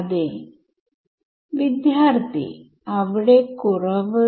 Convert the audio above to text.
അപ്പോൾ ആദ്യത്തെ ടെർമ്